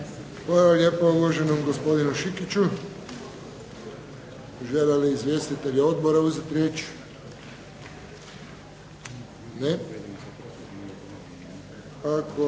lijepo uvaženom gospodinu Šikiću. Žele li izvjestitelji odbora uzeti riječ? Ne. Ako